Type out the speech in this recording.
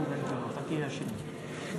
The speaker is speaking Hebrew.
61 זה מספיק,